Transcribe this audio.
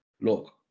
Look